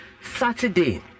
Saturday